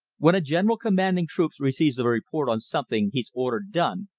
when a general commanding troops receives a report on something he's ordered done,